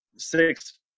Six